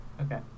Okay